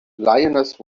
lioness